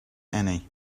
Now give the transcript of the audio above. annie